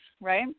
right